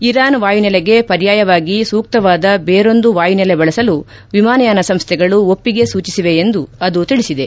Iran ವಾಯುನೆಲೆಗೆ ಪರ್ಯಾಯವಾಗಿ ಸೂಕ್ತವಾದ ಬೇರೊಂದು ವಾಯುನೆಲೆ ಬಳಸಲು ವಿಮಾನಯಾನ ಸಂಸ್ಟೆಗಳು ಒಪ್ಪಿಗೆ ಸೂಚಿಸಿವೆ ಎಂದು ಅದು ತಿಳಿಸಿದೆ